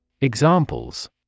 Examples